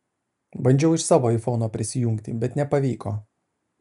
bandžiau iš savo aifono prisijungti bet nepavyko